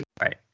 Right